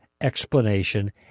explanation